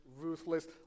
ruthless